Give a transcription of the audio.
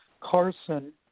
Carson